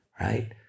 right